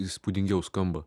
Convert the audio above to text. įspūdingiau skamba